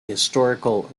historical